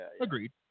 Agreed